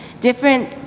different